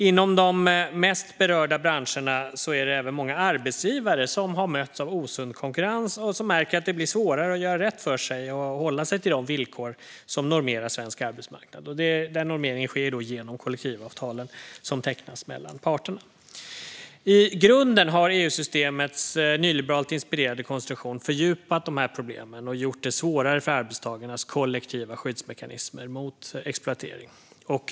Inom de mest berörda branscherna har även många arbetsgivare mötts av osund konkurrens och märkt att det blir svårare att göra rätt för sig och hålla sig till de villkor som normerar svensk arbetsmarknad. Denna normering sker genom kollektivavtalen som tecknas mellan parterna. I grunden har EU-systemets nyliberalt inspirerade konstruktion fördjupat problemen och gjort det svårare för arbetstagarnas kollektiva skyddsmekanismer mot exploatering.